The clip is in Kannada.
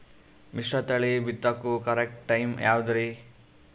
ಮಿಶ್ರತಳಿ ಬಿತ್ತಕು ಕರೆಕ್ಟ್ ಟೈಮ್ ಯಾವುದರಿ?